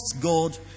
God